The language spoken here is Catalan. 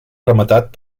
rematat